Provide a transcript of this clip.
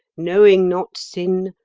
knowing not sin,